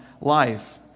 life